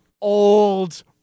old